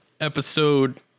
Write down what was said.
episode